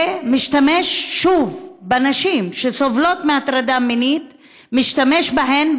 ומשתמש שוב בנשים שסובלות מהטרדה מינית משתמש בהן,